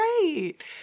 great